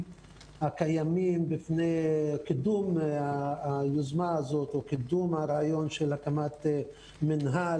הקיימים בפני קידום היוזמה הזאת או קידום הרעיון של הקמת מנהל,